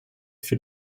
für